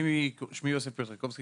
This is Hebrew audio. שמי יוסף פיוטרקובסקי,